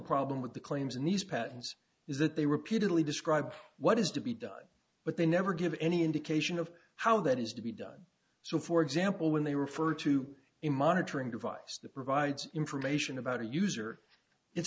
problem with the claims in these patents is that they repeatedly describe what is to be done but they never give any indication of how that is to be done so for example when they refer to a monitoring device that provides information about a user it